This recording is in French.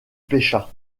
pêcha